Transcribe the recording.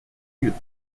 youth